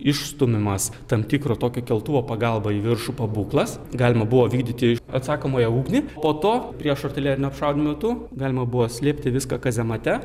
išstūmimas tam tikro tokio keltuvo pagalba į viršų pabūklas galima buvo vykdyti atsakomąją ugnį po to prieš artilerinio apšaudymo metu galima buvo slėpti viską kazemate